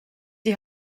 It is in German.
die